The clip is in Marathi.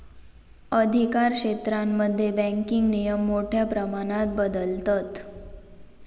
अधिकारक्षेत्रांमध्ये बँकिंग नियम मोठ्या प्रमाणात बदलतत